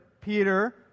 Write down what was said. Peter